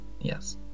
yes